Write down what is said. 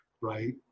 right